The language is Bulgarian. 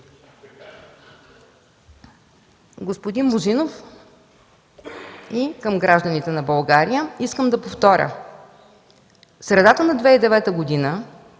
Господин Божинов! И към гражданите на България – искам да повторя. В средата на 2009 г.,